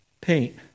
paint